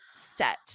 set